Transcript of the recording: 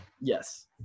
Yes